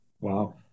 Wow